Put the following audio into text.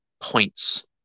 points